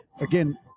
again